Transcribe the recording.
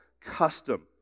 custom